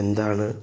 എന്താണ്